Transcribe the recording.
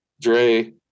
Dre